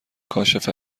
کاشف